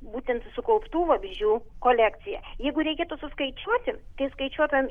būtent sukauptų vabzdžių kolekcija jeigu reikėtų suskaičiuoti tai skaičiuotume